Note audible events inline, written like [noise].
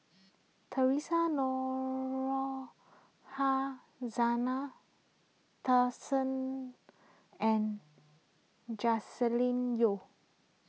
[noise] theresa Noronha Zena [unintelligible] [noise] and Joscelin Yeo